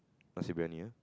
nasi-briyani uh